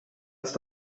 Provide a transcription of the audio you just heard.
ist